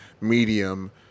medium